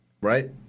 right